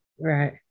right